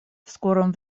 скором